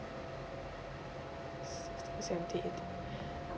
sixteen seventeen eighteen